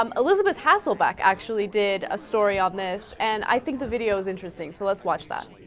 um elizabeth hasselbeck actually did a story on this and i think the videos interesting so let's watch that